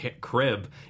crib